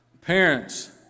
parents